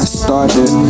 started